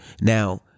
Now